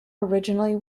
originally